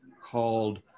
called